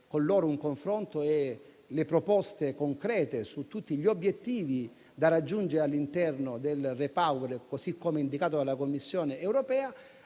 con loro un confronto e recepire proposte concrete su tutti gli obiettivi da raggiungere all'interno del Repower, così come indicato dalla Commissione europea.